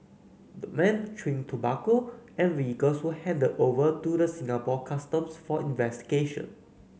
the men chewing tobacco and vehicles were handed over to the Singapore Customs for investigation